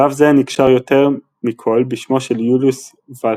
שלב זה נקשר יותר מכל בשמו של יוליוס ולהאוזן.